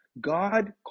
God